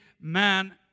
man